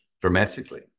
dramatically